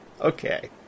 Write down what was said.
Okay